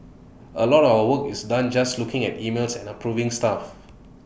A lot of our work is done just looking at emails and approving stuff